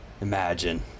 imagine